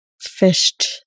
fished